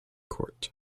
court